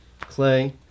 Clay